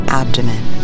abdomen